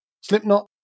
Slipknot